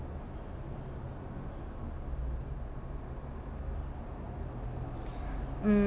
um